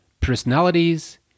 personalities